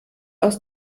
aus